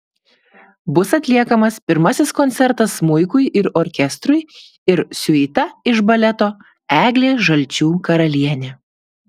bus atliekamas pirmasis koncertas smuikui ir orkestrui ir siuita iš baleto eglė žalčių karalienė